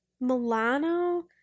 milano